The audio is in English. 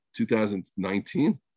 2019